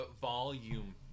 volume